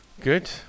Good